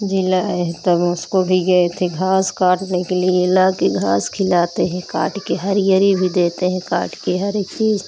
जिलाए हैं तब उसको भी गए थे घाँस काटने के लिए लाकर घाँस खिलाते हैं काटकर हरी हरी भी देते हैं काटकर हर एक चीज़